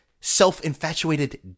self-infatuated